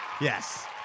Yes